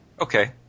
Okay